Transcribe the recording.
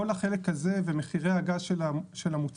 כל החלק הזה ומחירי הגז של המוצר,